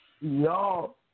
Y'all